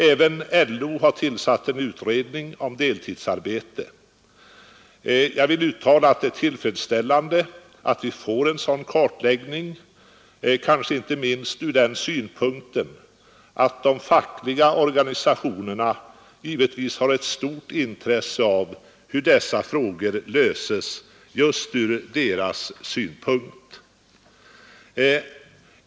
Även LO har tillsatt en utredning om deltidsarbete. Jag vill uttala att det är tillfredsställande att vi får en sådan kartläggning — kanske inte minst ur den synpunkten att de fackliga organisationerna givetvis har ett stort intresse av hur dessa frågor löses just ur deras synpunkt.